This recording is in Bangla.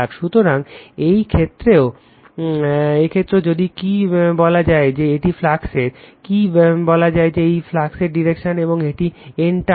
সুতরাং এই ক্ষেত্রেও যদি কি বলা যায় যে এটি ফ্লাক্সের কি বলা যায় যে এটি ফ্লাক্সের ডিরেকশন এবং এটি N টার্ন